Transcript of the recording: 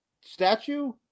statue